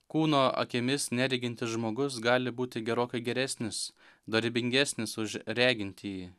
kūno akimis neregintis žmogus gali būti gerokai geresnis dorybingesnis už regintįjį